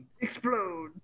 Explode